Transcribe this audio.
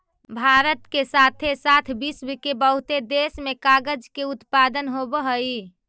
भारत के साथे साथ विश्व के बहुते देश में कागज के उत्पादन होवऽ हई